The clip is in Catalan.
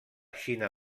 xina